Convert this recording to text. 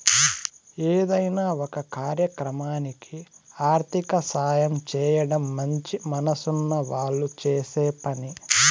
ఏదైనా ఒక కార్యక్రమానికి ఆర్థిక సాయం చేయడం మంచి మనసున్న వాళ్ళు చేసే పని